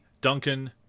duncan